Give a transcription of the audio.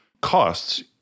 costs